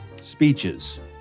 speeches